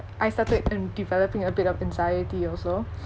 I started um developing a bit of anxiety also